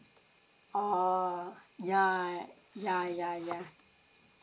oh yeah yeah yeah yeah